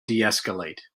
deescalate